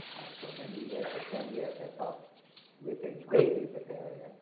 for many years, for ten years i taught with a great libertarian,